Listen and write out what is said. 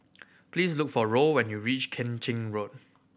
please look for Roll when you reach Keng Chin Road